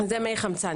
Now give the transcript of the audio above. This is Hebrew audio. זה מי חמצן.